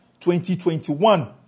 2021